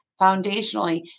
foundationally